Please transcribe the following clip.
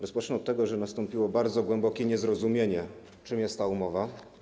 Rozpocznę od tego, że nastąpiło bardzo głębokie niezrozumienie, czym jest ta umowa.